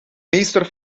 meester